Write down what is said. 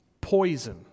poison